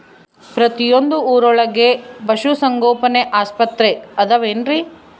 ಪ್ರತಿಯೊಂದು ಊರೊಳಗೆ ಪಶುಸಂಗೋಪನೆ ಆಸ್ಪತ್ರೆ ಅದವೇನ್ರಿ?